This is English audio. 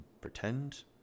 pretend